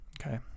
okay